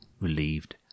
relieved